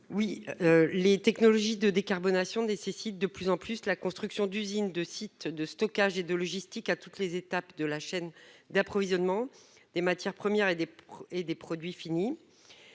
Oui, les technologies de décarbonation nécessite de plus en plus la construction d'usines de site de stockage et de logistique à toutes les étapes de la chaîne d'approvisionnement des matières premières et des et, des produits finis.